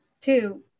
two